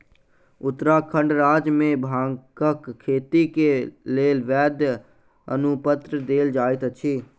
उत्तराखंड राज्य मे भांगक खेती के लेल वैध अनुपत्र देल जाइत अछि